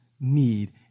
need